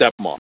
stepmom